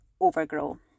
overgrow